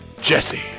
Jesse